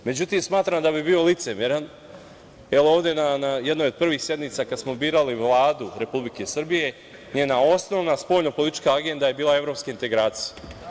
Smatram da bi bio licemeran jer ovde na jednoj od prvih sednica kada smo birali Vladu Republike Srbije, njena osnovna spoljno-politička agenda je bila evropske integracije.